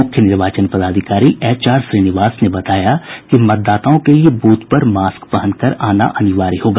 मुख्य निर्वाचन पदाधिकारी एच आर श्रीनिवास ने बताया कि मतदाताओं के लिये ब्रथ पर मास्क पहनकर आना अनिवार्य होगा